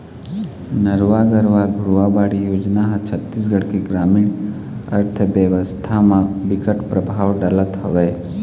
नरूवा, गरूवा, घुरूवा, बाड़ी योजना ह छत्तीसगढ़ के गरामीन अर्थबेवस्था म बिकट परभाव डालत हवय